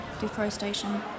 deforestation